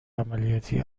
عملیاتی